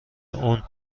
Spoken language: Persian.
اون